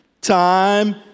Time